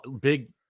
big